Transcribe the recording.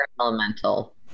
elemental